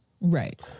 Right